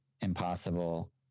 impossible